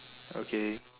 okay